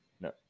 No